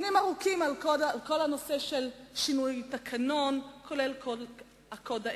על כל הנושא של שינוי התקנון, וגם הקוד האתי.